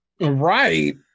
Right